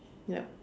yup